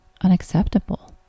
unacceptable